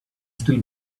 still